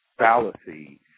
fallacy